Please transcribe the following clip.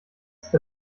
ist